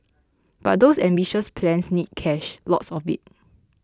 but those ambitious plans need cash lots of it